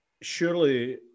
surely